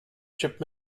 ship